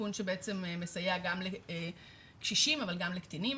תיקון שמסייע גם לקשישים אבל גם לקטינים.